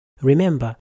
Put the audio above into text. Remember